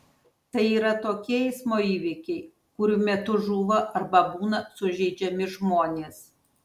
tai yra tokie eismo įvykiai kurių metu žūva arba būna sužeidžiami žmonės